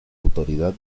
autoridad